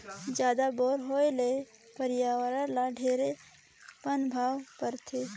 जादा बोर होए ले परियावरण ल ढेरे पनभाव परथे